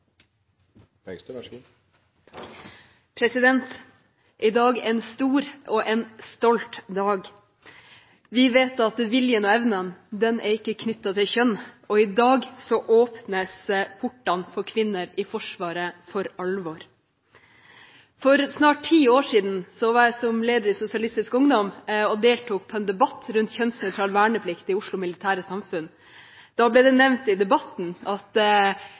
en stor og en stolt dag. Vi vet at viljen og evnen ikke er knyttet til kjønn, og i dag åpnes portene for kvinner i Forsvaret for alvor. For snart ti år siden deltok jeg som leder i Sosialistisk Ungdom i en debatt om kjønnsnøytral verneplikt i Oslo Militære Samfund. Da ble det nevnt i debatten at